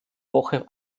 woche